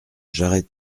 jarret